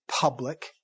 public